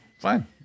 fine